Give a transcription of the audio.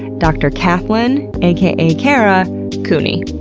dr. kathlyn aka kara cooney.